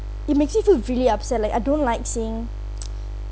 it makes me feel really upset like I don't like seeing